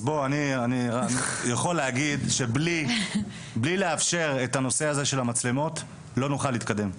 אני יכול להגיד שבלי לאפשר את הנושא הזה של המצלמות לא נוכל להתקדם.